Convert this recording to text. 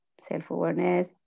self-awareness